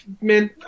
Man